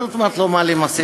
מה זאת אומרת "לא מעלים מסים"?